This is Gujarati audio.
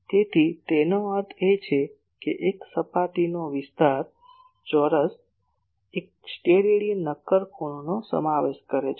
તેથી તેનો અર્થ એ કે એક સપાટીનો વિસ્તાર ચોરસ એક સ્ટેરેડિયન નક્કર ખૂણોનો સમાવેશ કરે છે